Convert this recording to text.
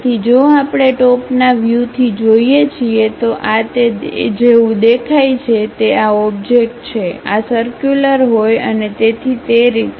તેથી જો આપણે ટોપના વ્યુથી જોઈએ છીએ તો આ તે જેવું દેખાય છે તે આ ઓબજેકટછે આ સર્ક્યુલર હોય અને તેથી તે રીતે